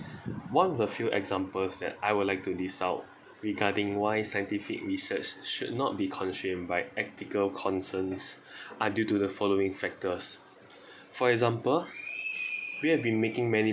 one of the few examples that I would like to list out regarding why scientific research should not be constrained by ethical concerns are due to the following factors for example we have been making many